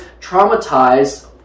traumatized